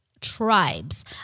tribes